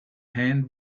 hand